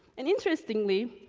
and interestingly,